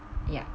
ya